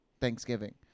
Thanksgiving